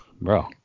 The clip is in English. bro